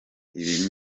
ibi